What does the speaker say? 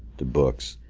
the books,